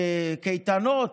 קייטנות.